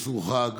באסרו חג,